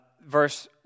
verse